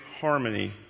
harmony